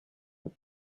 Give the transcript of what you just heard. but